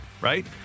right